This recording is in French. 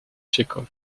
tchekhov